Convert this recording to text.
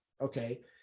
okay